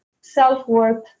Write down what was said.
self-worth